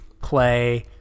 Play